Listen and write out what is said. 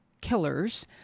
killers